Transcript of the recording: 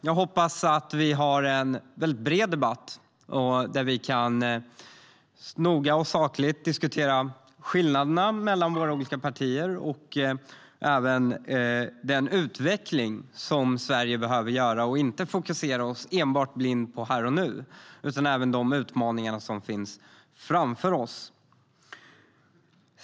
Jag hoppas att det blir en bred debatt där vi noggrant och sakligt kan diskutera skillnaderna mellan våra olika partier och den utveckling som Sverige behöver göra och att vi inte stirrar oss blinda på enbart här och nu utan kan fokusera även på de utmaningar som finns framför oss.